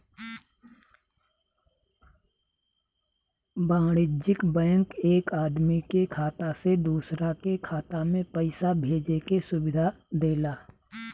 वाणिज्यिक बैंक एक आदमी के खाता से दूसरा के खाता में पईसा भेजे के सुविधा देला